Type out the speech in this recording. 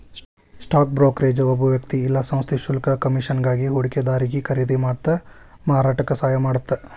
stock brokerage ಒಬ್ಬ ವ್ಯಕ್ತಿ ಇಲ್ಲಾ ಸಂಸ್ಥೆ ಶುಲ್ಕ ಕಮಿಷನ್ಗಾಗಿ ಹೂಡಿಕೆದಾರಿಗಿ ಖರೇದಿ ಮತ್ತ ಮಾರಾಟಕ್ಕ ಸಹಾಯ ಮಾಡತ್ತ